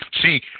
See